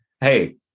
hey